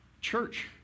church